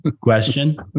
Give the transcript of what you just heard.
question